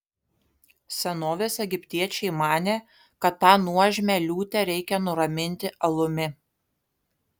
senovės egiptiečiai manė kad tą nuožmią liūtę reikia nuraminti alumi